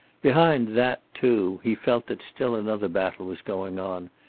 behind that, too, he felt that still another battle was going on,